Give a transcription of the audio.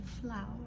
flower